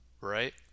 right